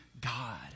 God